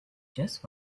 just